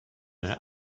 their